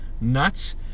nuts